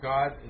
God